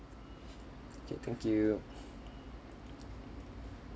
okay thank you